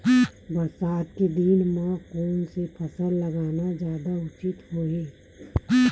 बरसात के दिन म कोन से फसल लगाना जादा उचित होही?